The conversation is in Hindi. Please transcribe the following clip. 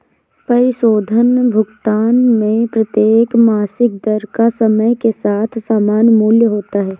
परिशोधन भुगतान में प्रत्येक मासिक दर का समय के साथ समान मूल्य होता है